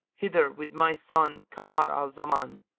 hither with my son kamar al-zaman